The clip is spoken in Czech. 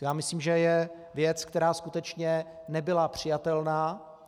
To myslím, že je věc, která skutečně nebyla přijatelná.